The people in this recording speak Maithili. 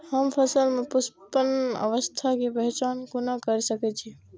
हम फसल में पुष्पन अवस्था के पहचान कोना कर सके छी?